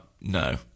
no